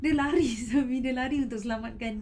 dia lari dia berlari untuk selamatkan